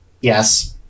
Yes